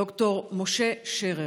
ד"ר משה שרר.